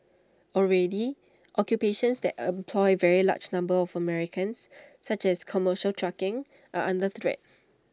already occupations that employ very large numbers of Americans such as commercial trucking are under threat